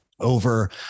over